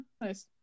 Nice